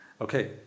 Okay